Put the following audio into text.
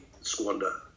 squander